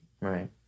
Right